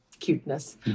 cuteness